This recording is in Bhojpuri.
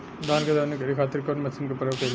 धान के दवनी करे खातिर कवन मशीन के प्रयोग करी?